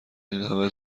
اینهمه